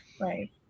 Right